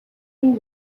and